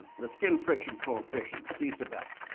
the skin friction coefficient, c sub f.